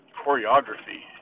choreography